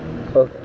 okay